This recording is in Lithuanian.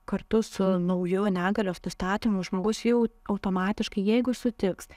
kartu su nauju negalios nustatymu žmogus jau automatiškai jeigu sutiks